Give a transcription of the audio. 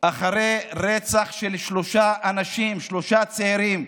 אחרי רצח של שלושה אנשים, שלושה צעירים,